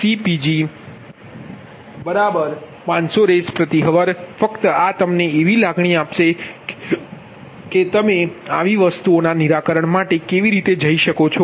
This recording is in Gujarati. ફક્ત આ તમને એવી લાગણી આપશે કે તમે આવી વસ્તુઓના નિરાકરણ માટે કેવી રીતે જઈ શકો છો